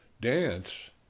dance